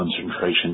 concentration